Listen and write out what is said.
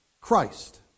Christ